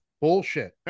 bullshit